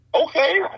Okay